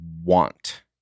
want